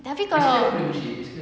tapi kalau